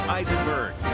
Eisenberg